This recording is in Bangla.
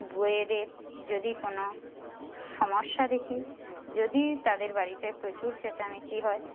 বৌদের যদি কোনো সমস্যা দেখি যদি তাদের বাড়িতে প্রচুর চেঁচামেচি হয়